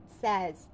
says